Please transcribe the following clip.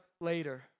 later